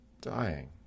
dying